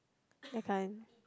Kfine